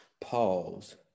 Pause